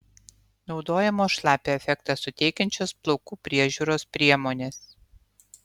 naudojamos šlapią efektą suteikiančios plaukų priežiūros priemonės